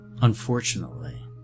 Unfortunately